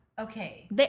Okay